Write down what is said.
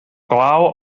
glaw